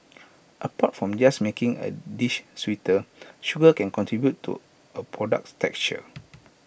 apart from just making A dish sweeter sugar can contribute to A product's texture